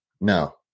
No